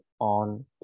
on